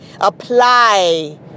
apply